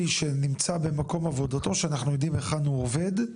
שנמצא במקום עבודתו שאנחנו יודעים היכן הוא עובד,